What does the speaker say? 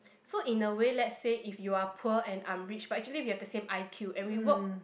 so in a way let's say if you are poor and I'm rich but actually we have the same I_Q and we work